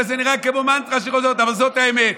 וזה נראה כמו מנטרה שחוזרת, אבל זאת האמת: